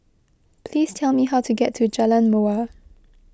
please tell me how to get to Jalan Mawar